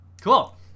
Cool